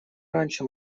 раньше